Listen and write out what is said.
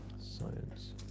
Science